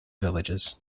villages